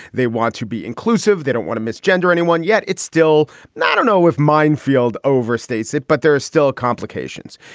they want to be inclusive. they don't want to miss gender anyone yet. it's still not know if minefield overstates it. but there are still complications.